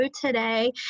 today